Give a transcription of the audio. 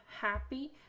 happy